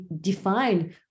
define